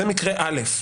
זה מקרה א'.